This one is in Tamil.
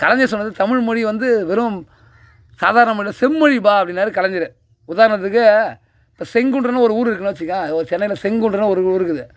கலைஞர் சொன்னது தமிழ் மொழி வந்து வெறும் சாதாரண மொழி இல்லை செம்மொழிப்பா அப்படின்னாரு கலைஞர் உதாரணத்துக்கு இப்போ செங்குன்றுன்னு ஒரு ஊர் இருக்குதுன்னா வச்சுக்கோயேன் ஒரு சென்னையில் செங்குன்றுன்னு ஒரு ஊர் இருக்குது